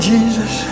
Jesus